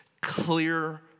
clear